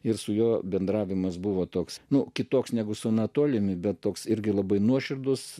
ir su juo bendravimas buvo toks nu kitoks negu su anatolijumi bet toks irgi labai nuoširdus